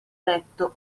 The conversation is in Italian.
detto